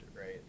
right